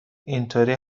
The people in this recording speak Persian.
اینطوری